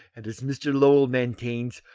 and as mr. lowell maintains,